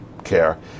care